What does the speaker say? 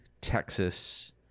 Texas